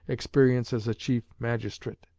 experience as a chief magistrate.